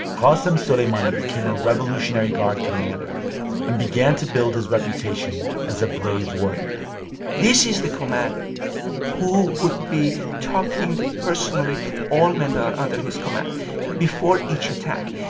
qassem soleimani became a revolutionary guard commander and began to build his reputation as a brave warrior this is the commander who would be talking personally to all men and under his command before each attack.